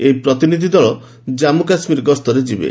ଏହି ପ୍ରତିନିଧି ଦଳ ଜାନ୍ମୁ କାଶ୍ମୀର ଗସ୍ତରେ ଯିବେ